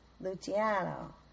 Luciano